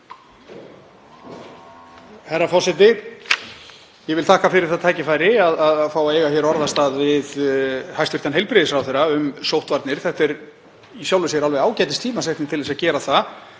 Herra forseti. Ég vil þakka fyrir þetta tækifæri, að fá að eiga orðastað við hæstv. heilbrigðisráðherra um sóttvarnir. Þetta er í sjálfu sér alveg ágætistímasetning til að gera það